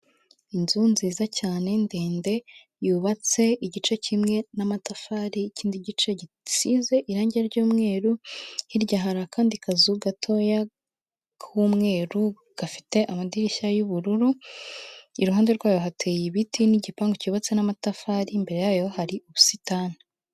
Inzu nziza cyane ndende yubatse igice kimwe n'amatafari ikindi gice gisize irangi ry'umweru hirya hari akandi kazu gatoya k'umweru gafite amadirishya y'ubururu iruhande rwayo hateye ibiti n'igipangu cyubatse n'amatafari imbere yayo hari ubusitani.